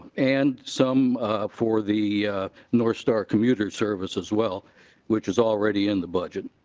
and some for the northstar commuter service as well which is already in the budget.